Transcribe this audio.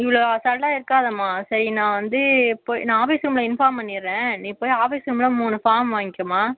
இவ்வளோ அசால்ட்டாக இருக்காதேம்மா சரி நான் வந்து இப்போ ஆஃபீஸ் ரூமில் இன்ஃபார்ம் பண்ணிடுறேன் நீ போய் ஆஃபீஸ் ரூமில் மூணு ஃபார்ம் வாங்கிக்கோமா